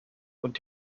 und